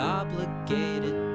obligated